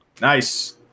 Nice